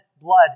blood